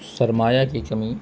سرمایہ کی کمی